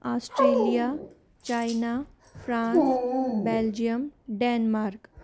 Australia China France Belgium Denmark